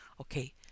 Okay